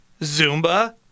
Zumba